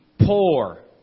poor